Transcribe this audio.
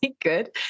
good